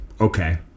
okay